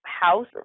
house